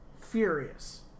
furious